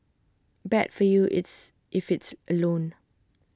bad for you it's if it's A loan